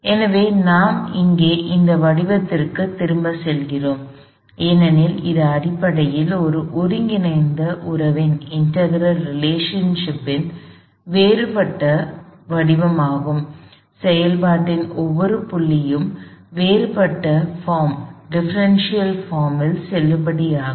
எனவே நாம் இங்கே இந்தப் வடிவத்திற்குத் திரும்பிச் செல்கிறோம் ஏனெனில் இது அடிப்படையில் இந்த ஒருங்கிணைந்த உறவின் வேறுபட்ட வடிவமாகும் செயல்பாட்டின் ஒவ்வொரு புள்ளியிலும் வேறுபட்ட வடிவம் செல்லுபடியாகும்